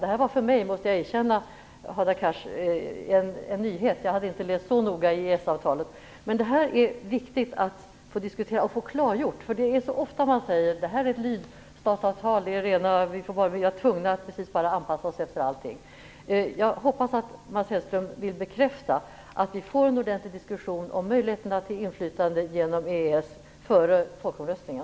Det var för mig - det måste jag erkänna - en nyhet, Hadar Cars, jag hade inte läst så noga i EES-avtalet. Det här är viktigt att diskutera och få klargjort. Så ofta säger man: Det är redan färdigt, vi är tvungna att bara anpassa oss efter allting. Jag hoppas att Mats Hellström vill bekräfta att vi får en ordentlig diskussion om möjligheterna till inflytande genom EES-avtalet före folkomröstningen.